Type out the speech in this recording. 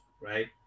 right